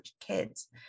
kids